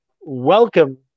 welcome